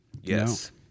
Yes